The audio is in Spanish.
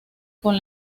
con